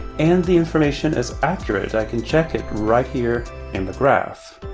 and the information is accurate. i can check it right here in the graph.